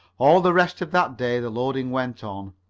all the rest of that day the loading went on.